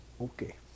okay